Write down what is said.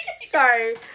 sorry